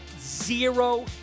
zero